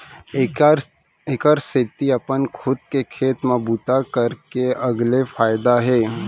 एखरे सेती अपन खुद के खेत म बूता करे के अलगे फायदा हे